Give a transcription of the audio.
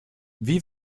wie